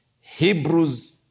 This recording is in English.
Hebrews